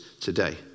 today